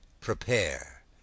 prepare